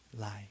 life